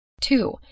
Two